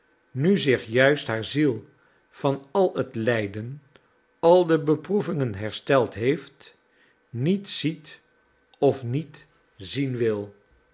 nu zich juist haar ziel van al het lijden al de beproevingen hersteld heeft niet ziet of niet zien wil